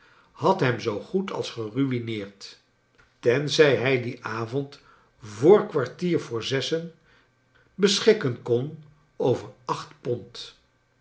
had hem zoo goed als germneerd tenzij hij dien avond voor kwartier voor zessen beschikken kon over achfc pond